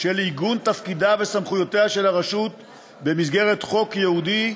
עיגון תפקידה וסמכויותיה של הרשות במסגרת חוק ייעודי,